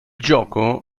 gioco